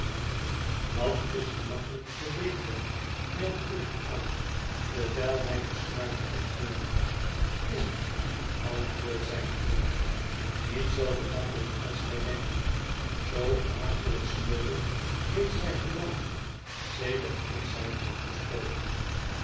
dat is gemakkelijk te verbeteren merkt guppy aan terwijl hij den snuiter opneemt is het antwoordt zijn vriend niet zoo gemakkelijk als gij denkt zoo akelig smeulend heeft zij gebrand sedert ik ze heb opgestoken